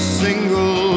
single